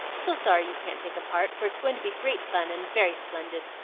so sorry you can't take a part, for it's going to be great fun and very splendid.